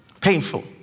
painful